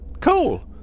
Cool